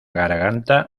garganta